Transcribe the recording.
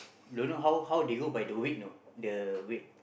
don't know how how they hold by the weight know the weight